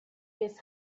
miss